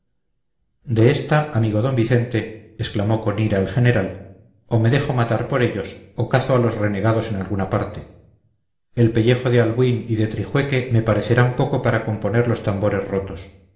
de esta amigo d vicente exclamó con ira el general o me dejo matar por ellos o cazo a los renegados en alguna parte el pellejo de albuín y de trijueque me parecerán poco para componer los tambores rotos